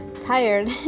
tired